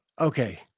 okay